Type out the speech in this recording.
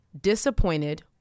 disappointed